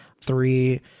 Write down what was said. Three